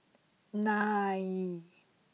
nine